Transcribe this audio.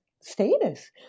status